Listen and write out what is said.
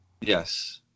Yes